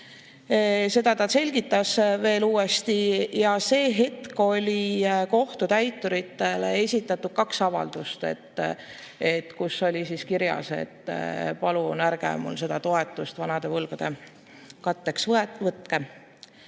seda ta selgitas veel uuesti. Selleks hetkeks oli kohtutäituritele esitatud kaks avaldust, kus oli kirjas, et palun ärge mult seda toetust vanade võlgade katteks võtke.